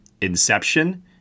Inception